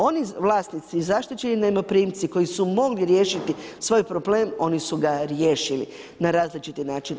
Oni vlasnici i zaštićeni najmoprimci koji su mogli riješiti svoj problem oni su ga riješili na različite načine.